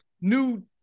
new